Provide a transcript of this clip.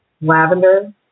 lavender